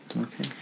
Okay